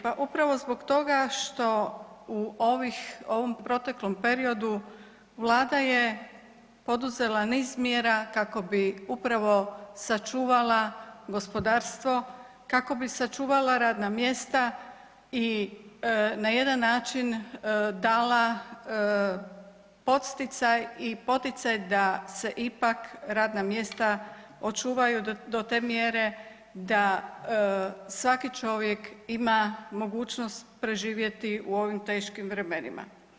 Pa upravo zbog toga što u ovom proteklom periodu, Vlada je poduzela niz mjera kako bi upravo sačuvala gospodarstvo kako bi sačuvala radna mjesta i na jedan način dala podsticaj i poticaj da se ipak radna mjesta očuvaju do te mjere da svaki čovjek ima mogućnost preživjeti u ovim teškim vremenima.